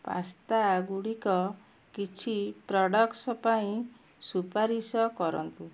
ପାସ୍ତାଗୁଡ଼ିକ କିଛି ପ୍ରଡ଼କ୍ସ ପାଇଁ ସୁପାରିଶ କରନ୍ତୁ